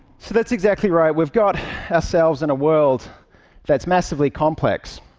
so that's exactly right. we've got ourselves in a world that's massively complex,